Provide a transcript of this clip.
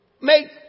Make